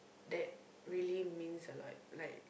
that really means a lot like